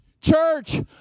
church